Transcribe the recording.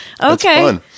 Okay